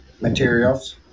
materials